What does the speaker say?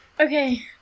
Okay